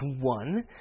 one